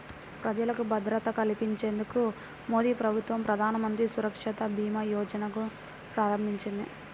ప్రజలకు భద్రత కల్పించేందుకు మోదీప్రభుత్వం ప్రధానమంత్రి సురక్ష భీమా యోజనను ప్రారంభించింది